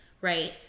right